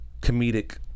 comedic